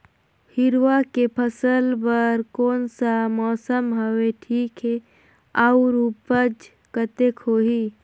हिरवा के फसल बर कोन सा मौसम हवे ठीक हे अउर ऊपज कतेक होही?